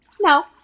No